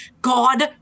God